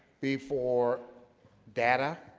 before data